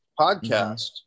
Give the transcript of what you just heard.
podcast